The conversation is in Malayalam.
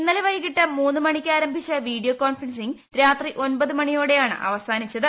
ഇന്നലെ വൈകിട്ട് മൂന്ന് മണിക്ക് ആരംഭിച്ച വീഡിയോ കോൺഫറൻസിംഗ് രാത്രി ഒമ്പത് മണിയോടെ യാണ് അവസാനിച്ചത്